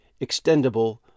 extendable